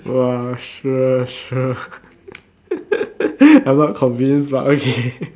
!wah! sure sure I'm not convinced but okay